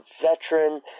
veteran